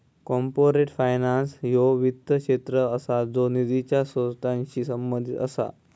corporate finance ह्यो वित्त क्षेत्र असा ज्यो निधीच्या स्त्रोतांशी संबंधित असा